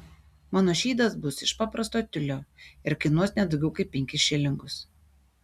mano šydas bus iš paprasto tiulio ir kainuos ne daugiau kaip penkis šilingus